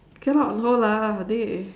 cannot on hold lah dey